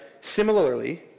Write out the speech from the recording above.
Similarly